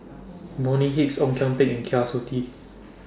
Bonny Hicks Ong Kian Peng Kwa Siew Tee